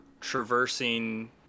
traversing